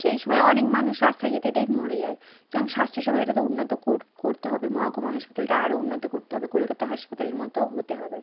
সেই সময় অনেক মানুষ রাস্তায় যেতে যেতেই মরে যায় সুতরাং স্বাস্থ্যসেবা উন্নত করতে হবে মহকুমা হাসপাতালটা আরও উন্নত করতে হবে কলকাতা হাসপাতালের মতো হতে হবে